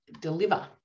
deliver